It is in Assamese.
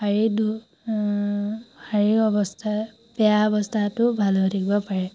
শাৰীৰিক শাৰীৰিক অৱস্থা বেয়া অৱস্থাটো ভাল হৈ থাকিব পাৰে